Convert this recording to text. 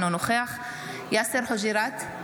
אינו נוכח יאסר חוג'יראת,